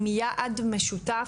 עם יעד משותף,